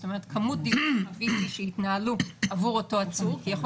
זאת אומרת כמות דיוני ה-VC שהתנהלו עבור אותו עצור כי יכול